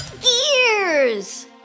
Gears